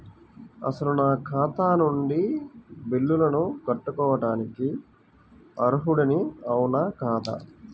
అసలు నా ఖాతా నుండి బిల్లులను కట్టుకోవటానికి అర్హుడని అవునా కాదా?